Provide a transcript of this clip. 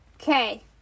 Okay